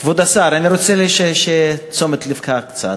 כבוד השר, אני רוצה את תשומת לבך קצת.